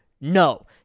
No